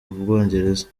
bwongereza